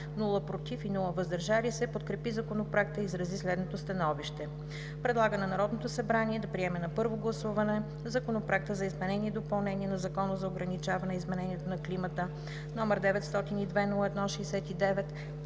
„против“ и „въздържал се“ подкрепи Законопроекта и изрази следното становище: Предлага на Народното събрание да приеме на първо гласуване Законопроект за изменение и допълнение на Закона за ограничаване изменението на климата, № 902-01-69,